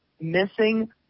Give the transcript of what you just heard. missing